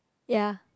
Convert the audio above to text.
ya